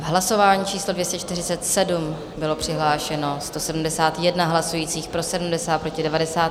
Hlasování číslo 247, bylo přihlášeno 171 hlasujících, pro 70, proti 90.